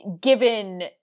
given